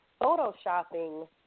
photoshopping